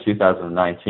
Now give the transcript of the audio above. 2019